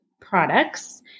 products